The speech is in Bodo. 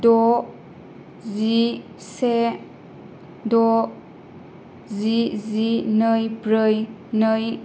द' जि से द' जि जि नै ब्रै नै